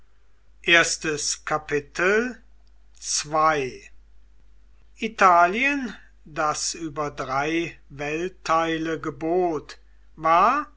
italien das über drei weltteile gebot war